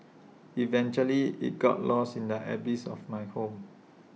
eventually IT got lost in the abyss of my home